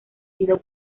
sido